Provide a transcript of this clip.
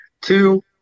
Two